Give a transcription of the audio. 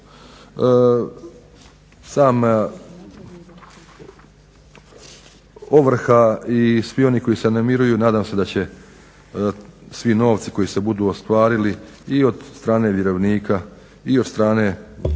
Sam ovrha i svi oni koji se namiruju nadam se, svi novci koji se budu ostvarili i od strane vjerovnika i od strane